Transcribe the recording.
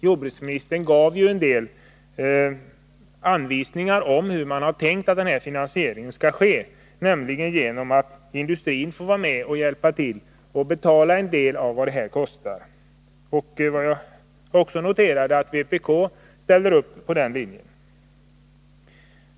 Jordbruksministern gav ju en del anvisningar om hur man har tänkt att denna finansiering skall ske, nämligen genom att industrin får vara med och hjälpa till att betala en del av vad det kostar. Jag noterade att även vpk ställer upp på den linjen.